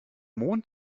mond